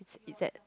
is that